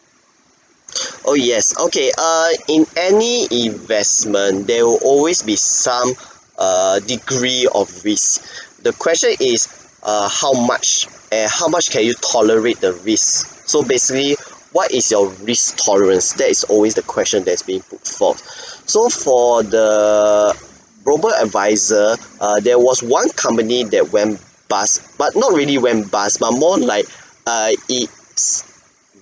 oh yes okay err in any investment there will always be some err degree of risk the question is err how much and how much can you tolerate the risk so basically what is your risk tolerance that is always the question that's being put forth so for the robo advisor err there was one company that went bust but not really went bust but more like err it